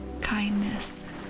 kindness